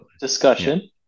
discussion